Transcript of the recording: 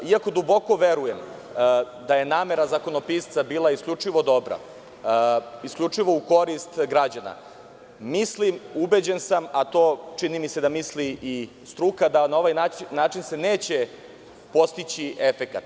Iako duboko verujem da je namera zakonopisca bila isključivo dobra, isključivo u korist građana, mislim, ubeđen sam, a to čini mi se da misli i struka, da se na ovaj način neće postići efekat.